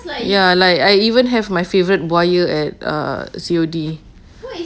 like ya like I even have my favourite buaya at uh C_O_D